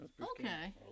Okay